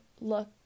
look